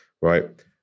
right